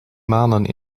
maanden